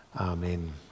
amen